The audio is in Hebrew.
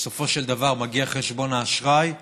ובסופו של דבר מגיע חשבון האשראי,